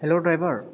hello driver